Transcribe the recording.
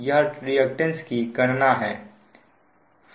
यह रिएक्टेंस की गणना है